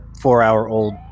four-hour-old